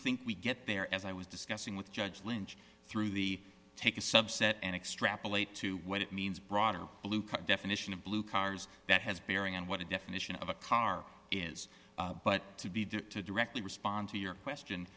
think we get there as i was discussing with judge lynch through the take a subset and extrapolate to what it means broader definition of blue cars that has bearing on what a definition of a car is but to be the directly respond to your question